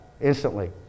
instantly